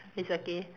it's okay